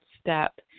step